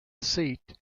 seat